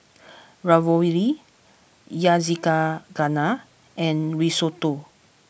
Ravioli Yakizakana and Risotto